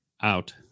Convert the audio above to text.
Out